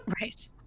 right